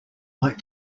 like